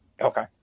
okay